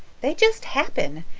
they just happen.